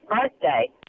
birthday